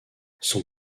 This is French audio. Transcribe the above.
son